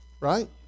right